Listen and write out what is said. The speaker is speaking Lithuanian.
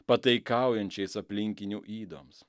pataikaujančiais aplinkinių ydoms